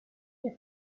his